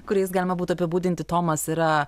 kuriais galima būtų apibūdinti tomas yra